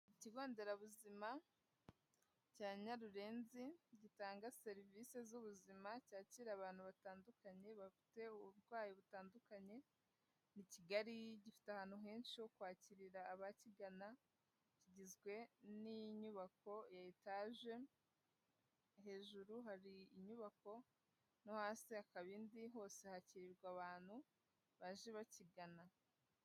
Ku kigonderabuzima cya Nyarurenzi, gitanga serivisi z'ubuzima, cyakira abantu batandukanye bafite uburwayi butandukanye, ni kigari gifite ahantu henshi ho kwakirira abakigana, kigizwe n'inyubako ya etage, hejuru hari inyubako no hasi hakaba indi, hose hakirirwa abantu baje bakigana.